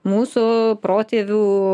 mūsų protėvių